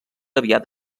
aviat